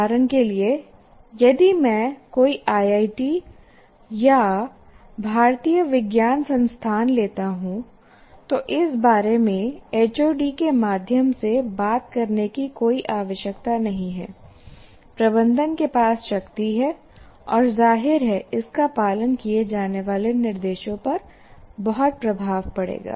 उदाहरण के लिए यदि मैं कोई IIT या भारतीय विज्ञान संस्थान लेता हूँ तो इस बारे में एचओडी के माध्यम से बात करने की कोई आवश्यकता नहीं है प्रबंधन के पास शक्ति है और जाहिर है इसका पालन किए जाने वाले निर्देशों पर बहुत प्रभाव पड़ेगा